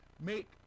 make